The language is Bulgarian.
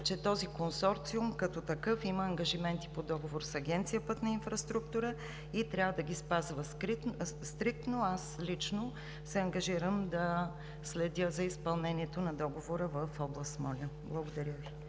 че този консорциум като такъв има ангажименти по договор с Агенция „Пътна инфраструктура“ и трябва да ги спазва стриктно. Аз лично се ангажирам да следя за изпълнението на договора в област Смолян. Благодаря Ви.